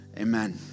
Amen